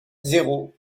zéro